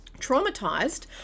traumatized